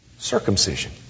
Circumcision